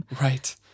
Right